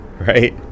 right